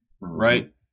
Right